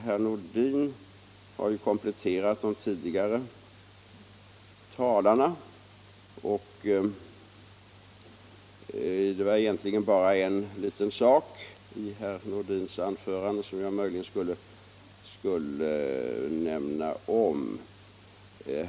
Herr Nordin har ju kompletterat de tidigare talarnas framställningar, och det var egentligen bara en liten sak i herr Nordins anförande som Nr 88 jag skulle vilja ta upp.